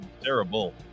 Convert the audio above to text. terrible